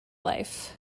life